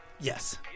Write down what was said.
Yes